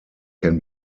can